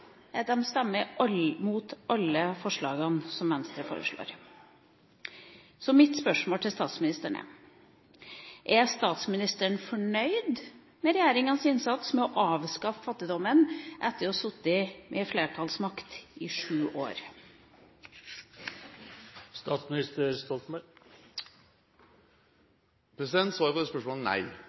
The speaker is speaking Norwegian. mot alle forslagene som Venstre foreslår. Så mitt spørsmål til statsministeren er: Er statsministeren fornøyd med regjeringas innsats med å avskaffe fattigdommen etter å ha sittet med flertallsmakt i sju år? Svaret på det spørsmålet er nei.